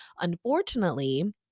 Unfortunately